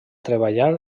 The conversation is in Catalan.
treballar